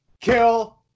kill